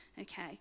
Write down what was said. Okay